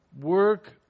work